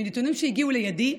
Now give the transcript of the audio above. מנתונים שהגיעו לידי,